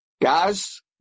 Guys